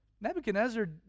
Nebuchadnezzar